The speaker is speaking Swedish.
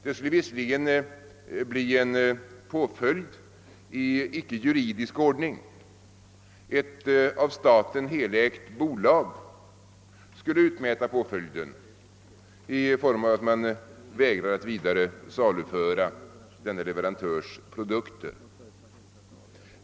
Det skulle visserligen bli en påföljd i icke juridisk ordning: ett av staten helägt bolag skulle utmäta påföljden i form av vägran att vidare saluföra denne leverantörs produkter.